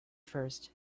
first